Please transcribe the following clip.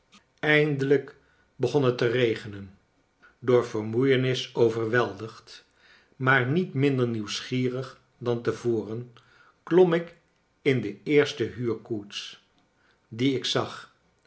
eindelijk begon het te regenen door vermoeienis overweldigd maar niet minder nieuwsgierig dan te voren mom ik in de eerste huurkoets die ik zag